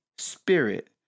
spirit